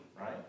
Right